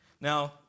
Now